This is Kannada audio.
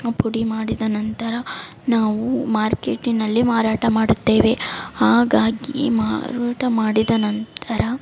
ಪುಡಿ ಮಾಡಿದ ನಂತರ ನಾವು ಮಾರ್ಕೆಟಿನಲ್ಲಿ ಮಾರಾಟ ಮಾಡುತ್ತೇವೆ ಹಾಗಾಗಿ ಮಾರಾಟ ಮಾಡಿದ ನಂತರ